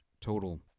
total